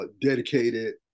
dedicated